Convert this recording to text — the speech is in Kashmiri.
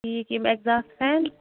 ٹھیٖک یِم اٮ۪کزاس فین